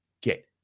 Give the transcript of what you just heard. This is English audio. get